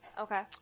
Okay